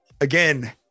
Again